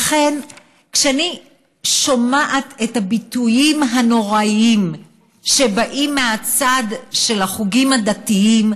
לכן כשאני שומעת את הביטויים הנוראיים שבאים מהצד של החוגים הדתיים,